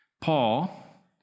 Paul